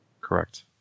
Correct